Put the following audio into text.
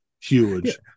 huge